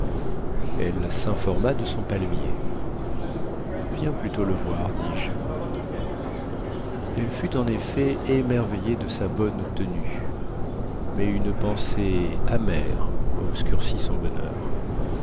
elle sinforma de son palmier viens plutôt le voir dis-je elle fut en effet émerveillée de sa bonne tenue mais une pensée amère obscurcit son bonheur